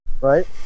Right